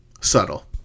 subtle